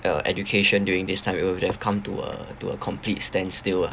uh education during this time it would have come to a to a complete standstill ah